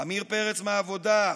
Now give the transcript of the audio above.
עמיר פרץ מהעבודה,